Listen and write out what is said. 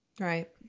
right